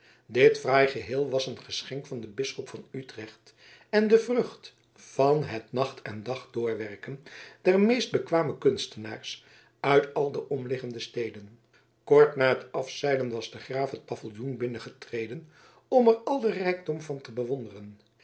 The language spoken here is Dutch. dit fraai geheel was een geschenk van den bisschop van utrecht en de vrucht van het nacht en dag doorwerken der meest bekwame kunstenaars uit al de omliggende steden kort na het afzeilen was de graaf het paviljoen binnengetreden om er al den rijkdom van te bewonderen